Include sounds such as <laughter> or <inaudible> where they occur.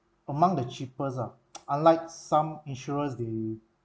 among the cheapest ah <noise> unlike some insurers they